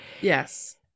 Yes